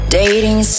dating